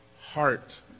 heart